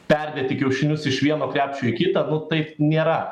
perdėti kiaušinius iš vieno krepšio į kitą nu tai nėra